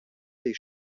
les